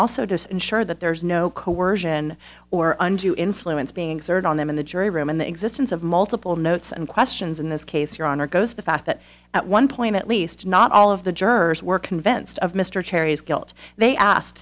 also to ensure that there is no coercion or undue influence being exerted on them in the jury room and the existence of multiple notes and questions in this case your honor goes the fact that at one point at least not all of the jurors were convinced of mr cherry's guilt they asked